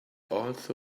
also